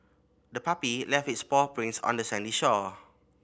the puppy left its paw prints on the sandy shore